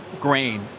grain